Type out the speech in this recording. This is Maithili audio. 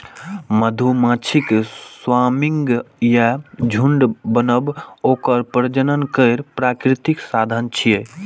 मधुमाछीक स्वार्मिंग या झुंड बनब ओकर प्रजनन केर प्राकृतिक साधन छियै